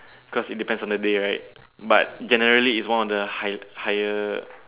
cause it depends on the day right but generally it's one of the higher higher